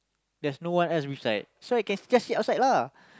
there's no one else which like so I can just sit outside lah